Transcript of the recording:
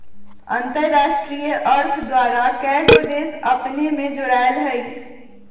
अंतरराष्ट्रीय अर्थ द्वारा कएगो देश अपने में जोरायल हइ